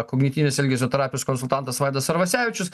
kognityvinės elgesio terapijos konsultantas vaidas arvasevičius